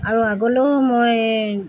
আৰু আগলৈও মই